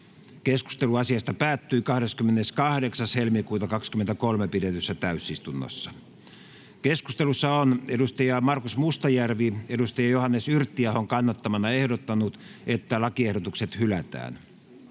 Keskustelu asiasta päättyi 28.2.2023 pidetyssä täysistunnossa. Keskustelussa on Markus Mustajärvi Johannes Yrittiahon kannattamana ehdottanut, että lakiehdotukset hylätään.